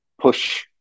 push